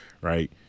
right